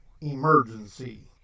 emergency